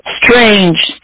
Strange